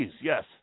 yes